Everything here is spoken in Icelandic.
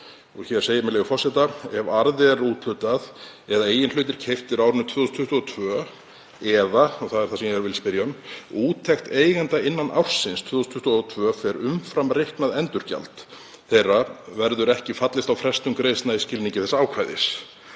hér segir, með leyfi forseta: „Ef arði er úthlutað eða eigin hlutir keyptir á árinu 2022 eða“ — og það er það sem ég vil spyrja um — „úttekt eigenda innan ársins 2022 fer umfram reiknað endurgjald þeirra verður ekki fallist á frestun greiðslna í skilningi þessa ákvæðis.“